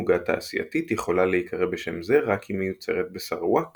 עוגה תעשייתית יכולה להיקרא בשם זה רק אם מיוצרת בסראוואק